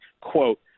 Quote